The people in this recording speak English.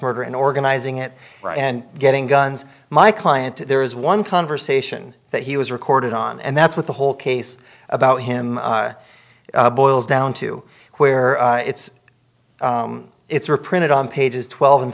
murder and organizing it and getting guns my client there is one conversation that he was recorded on and that's what the whole case about him boils down to where it's it's reprinted on pages twelve and